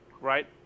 Right